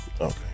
Okay